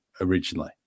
originally